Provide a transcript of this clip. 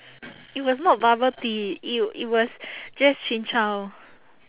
it was not bubble tea it it was just chin-chow